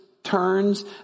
Turns